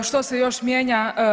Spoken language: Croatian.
Što se još mijenja?